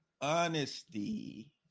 honesty